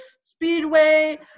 speedway